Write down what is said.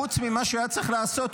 חוץ ממה שהוא היה צריך לעשות,